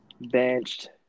Benched